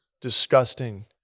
Disgusting